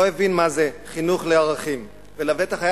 לא הבין מה זה חינוך לערכים ובטח היה